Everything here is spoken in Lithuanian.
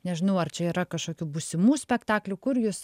nežinau ar čia yra kažkokių būsimų spektaklių kur jus